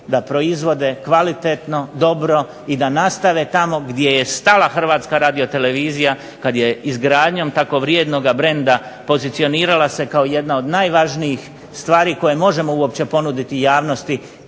da proizvode kvalitetno, dobro i da nastave tamo gdje je stala Hrvatska radiotelevizija kad je izgradnjom tako vrijednoga brenda pozicionirala se kao jedna od najvažnijih stvari koje možemo uopće ponuditi javnosti